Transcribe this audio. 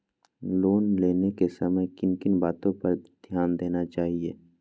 Loan लेने के समय किन किन वातो पर ध्यान देना चाहिए?